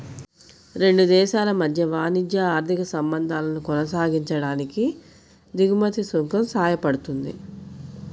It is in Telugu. రెండు దేశాల మధ్య వాణిజ్య, ఆర్థిక సంబంధాలను కొనసాగించడానికి దిగుమతి సుంకం సాయపడుతుంది